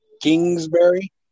Kingsbury